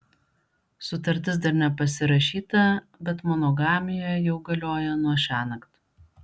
sutartis dar nepasirašyta bet monogamija jau galioja nuo šiąnakt